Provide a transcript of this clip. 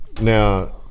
Now